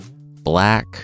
Black